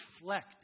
reflect